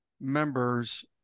members